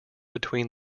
between